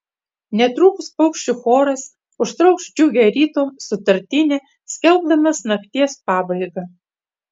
netrukus paukščių choras užtrauks džiugią ryto sutartinę skelbdamas nakties pabaigą